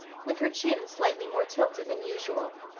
with her chin slightly more tilted than usual.